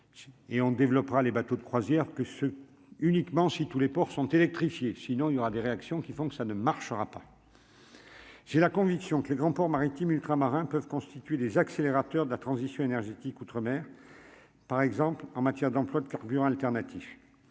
et on développera les bateaux de croisière que ceux uniquement si tous les ports sont électrifiés, sinon il y aura des réactions qui font que ça ne marchera pas. J'ai la conviction que les grands ports maritimes ultramarins peuvent constituer des accélérateurs de la transition énergétique outre-mer par exemple en matière d'emploi de carburants alternatifs,